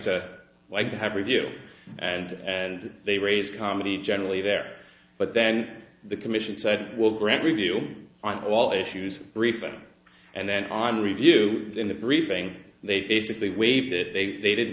to like to have review and and they raise comedy generally there but then the commission side will grant review on all issues briefing and then on review in the briefing they basically waived that they